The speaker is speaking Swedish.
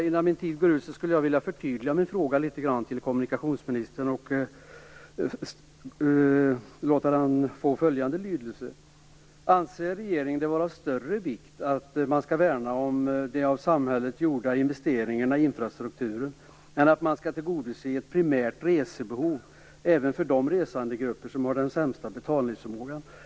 Innan min tid går ut skulle jag vilja förtydliga min fråga litet grand till kommunikationsministern och låta den få följande lydelse. Anser regeringen det vara av större vikt att värna om de av samhället gjorda investeringarna i infrastrukturen än att tillgodose ett primärt resebehov även för de resandegrupper som har den sämsta betalningsförmågan?